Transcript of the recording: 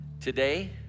today